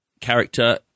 character